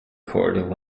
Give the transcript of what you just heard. court